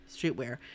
streetwear